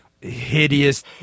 hideous